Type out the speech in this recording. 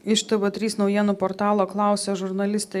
iš tv trys naujienų portalo klausė žurnalistė